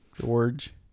George